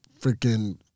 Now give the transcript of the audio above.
freaking